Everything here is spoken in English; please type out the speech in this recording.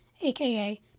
aka